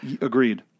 Agreed